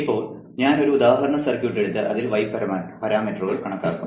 ഇപ്പോൾ ഞാൻ ഒരു ഉദാഹരണ സർക്യൂട്ട് എടുത്ത് അതിൽ y പാരാമീറ്ററുകൾ കണക്കാക്കും